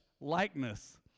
likeness